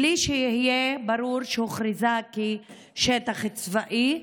בלי שיהיה ברור שהוכרזה כשטח צבאי,